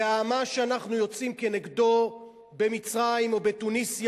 ומה שאנחנו יוצאים כנגדו במצרים או בתוניסיה